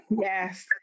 Yes